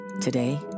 Today